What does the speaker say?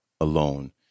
alone